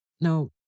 Now